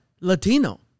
Latino